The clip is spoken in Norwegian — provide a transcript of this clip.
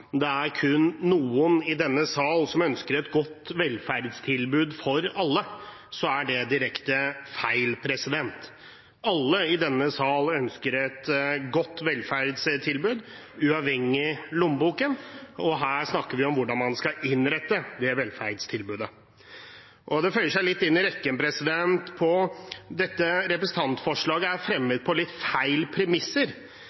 det er kun noen i denne sal som ønsker et godt velferdstilbud for alle, er det direkte feil. Alle i denne sal ønsker et godt velferdstilbud, uavhengig av lommeboken, og her snakker vi om hvordan man skal innrette det velferdstilbudet. Det føyer seg inn i en rekke, for dette representantforslaget er